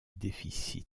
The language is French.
déficits